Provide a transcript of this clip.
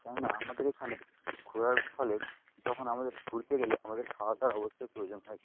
কেননা আমাদের এখানে ঘোরার ফলে যখন আমাদের ঘুরতে গেলে আমাদের খাওয়াদাওয়ার অবশ্যই প্রয়োজন হয়